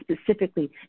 specifically